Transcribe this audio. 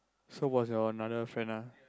so was your another friend ah